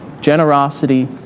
generosity